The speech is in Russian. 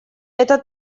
это